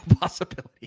possibility